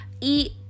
eat